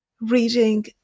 reading